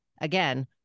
again